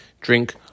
drink